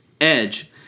Edge